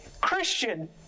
christian